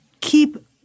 keep –